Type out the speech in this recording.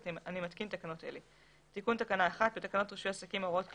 אני מתקין תקנות אלה: תיקון תקנה 1 בתקנות רישוי עסקים (הוראות כלליות),